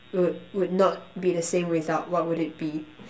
would would not be the same without what would it be